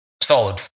solid